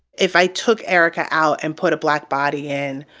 if i took erica out and put a black body in,